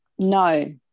No